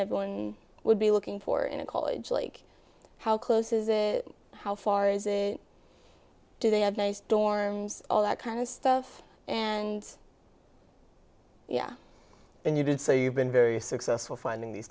going would be looking for in a college like how close is it how far is it do they have nice dorms all that kind of stuff and yeah and you did say you've been very successful finding these